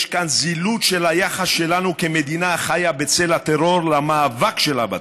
יש כאן זילות של היחס שלנו כמדינה החיה בצל הטרור למאבק שלה בטרור.